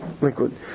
liquid